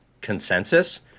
consensus